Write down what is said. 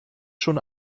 schon